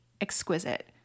exquisite